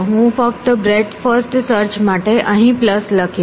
હું ફક્ત breadth first search માટે અહીં પ્લસ લખીશ